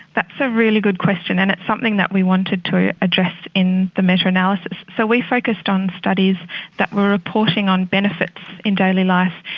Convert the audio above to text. that's a really good question and it's something that we wanted to address in the meta-analysis. so we focused on studies that were reporting on benefits in daily life.